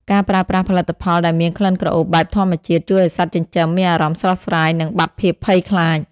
ការប្រើប្រាស់ផលិតផលដែលមានក្លិនក្រអូបបែបធម្មជាតិ ជួយឱ្យសត្វចិញ្ចឹមមានអារម្មណ៍ស្រស់ស្រាយ និងបាត់ភាពភ័យខ្លាច។